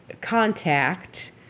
contact